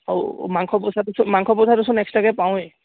অঁ মাংস পইচাটোচোন মাংস পইচাটোচোন এক্সট্ৰাকৈ পাৱেই